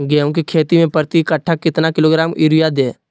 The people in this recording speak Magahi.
गेंहू की खेती में प्रति कट्ठा कितना किलोग्राम युरिया दे?